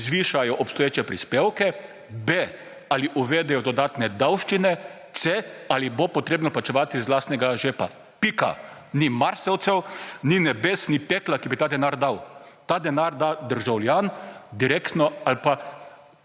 zvišajo obstoječe prispevke, b) ali uvedejo dodatne davščine, c) ali bo potrebno plačevati iz lastnega žepa, pika. Ni marsevcev, ni nebes, ni pekla, ki bi ta denar dal. Ta denar da državljan direktno ali pa